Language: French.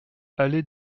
allez